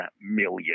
million